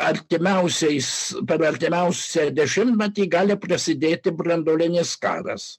artimiausiais per artimiausią dešimtmetį gali prasidėti branduolinis karas